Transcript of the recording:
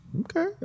Okay